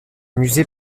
musée